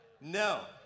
No